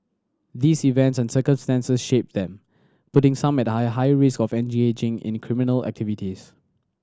these events and circumstances shape them putting some at a higher risk of engaging in the criminal activities